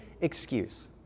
excuse